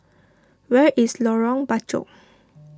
where is Lorong Bachok